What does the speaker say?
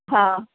हा